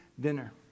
dinner